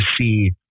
see